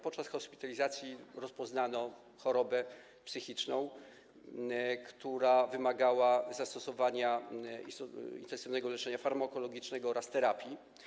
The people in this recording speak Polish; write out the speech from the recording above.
Podczas hospitalizacji rozpoznano chorobę psychiczną, która wymagała zastosowania intensywnego leczenia farmakologicznego oraz terapii.